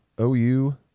OU